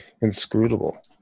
inscrutable